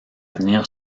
venir